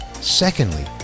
Secondly